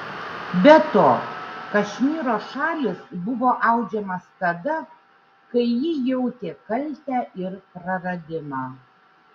be to kašmyro šalis buvo audžiamas tada kai ji jautė kaltę ir praradimą